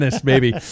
baby